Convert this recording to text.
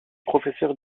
professeur